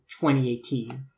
2018